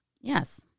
Yes